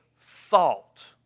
thought